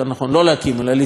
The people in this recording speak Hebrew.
אלא לתמוך בהקמת,